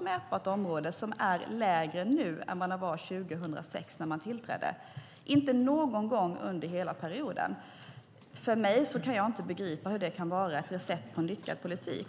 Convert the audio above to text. mätbart område som är lägre nu än vad den var 2006 när man tillträdde, inte någon gång under hela perioden. Jag kan inte begripa hur det kan vara ett recept på en lyckad politik.